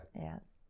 Yes